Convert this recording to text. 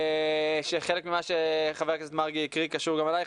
שחלק ממה שח"כ הקריא קשור גם אליך,